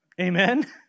Amen